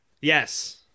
Yes